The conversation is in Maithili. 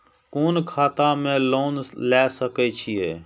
कोन खाता में लोन ले सके छिये?